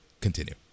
continue